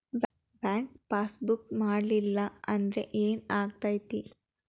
Bank passbook ಮಾಡಲಿಲ್ಲ ಅಂದ್ರೆ ಏನ್ ಆಗ್ತೈತಿ?